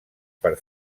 per